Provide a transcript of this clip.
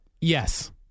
Yes